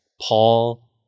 Paul